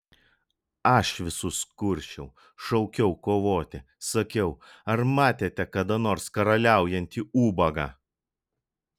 aš visus kursčiau šaukiau kovoti sakiau ar matėte kada nors karaliaujantį ubagą